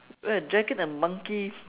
wait a dragon and a monkey